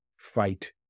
fight